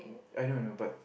I don't know but